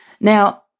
Now